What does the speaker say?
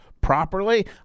properly